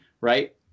right